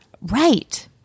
right